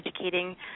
educating